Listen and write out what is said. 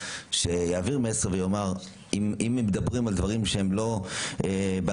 שיעביר מסר ויאמר שאם מדברים על דברים שהם לא בהסכמה,